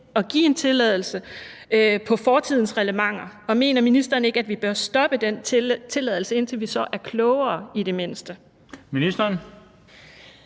at give en tilladelse ud fra fortidens reglementer, og mener ministeren ikke, at vi bør stoppe den tilladelse, indtil vi i det mindste er